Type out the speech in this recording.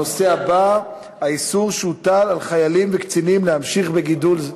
הנושא הבא: האיסור שהוטל על חיילים וקצינים להמשיך בגידול,